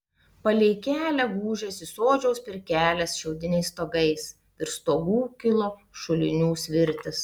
palei kelią gūžėsi sodžiaus pirkelės šiaudiniais stogais virš stogų kilo šulinių svirtys